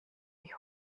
wie